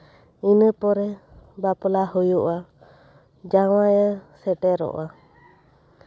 ᱤᱱᱟᱹᱯᱚᱨᱮ ᱵᱟᱞᱟ ᱦᱩᱭᱩᱜᱼᱟ ᱡᱟᱶᱟᱭ ᱥᱮᱴᱮᱨᱚᱜᱼᱟ